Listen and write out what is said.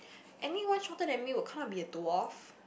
anyone shorter than me would can't to be a tall off